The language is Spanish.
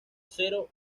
cero